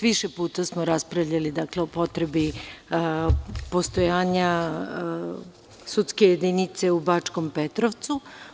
Više puta smo raspravljali o potrebi postojanja sudske jedinice u Bačkom Petrovcu.